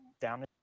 down